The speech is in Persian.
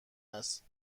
است